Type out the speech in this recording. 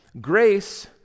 grace